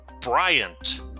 Bryant